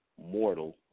mortal